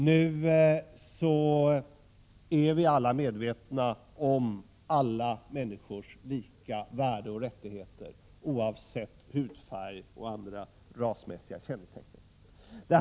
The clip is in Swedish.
Nu är vi alla medvetna om alla människors lika värde och rättigheter, oavsett hudfärg och andra rasmässiga kännetecken.